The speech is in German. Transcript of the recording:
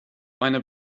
eine